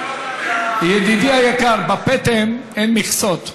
ידידי היקר, בפטם אין מכסות.